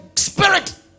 spirit